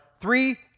three